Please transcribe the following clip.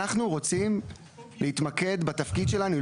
אנחנו רוצים להתמקד בתפקיד שלנו,